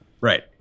Right